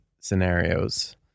scenarios